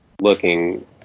looking